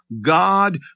God